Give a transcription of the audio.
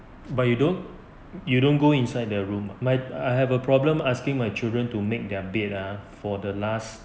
but you don't you don't go inside their room my I have a problem asking my children to make their bed ah for the last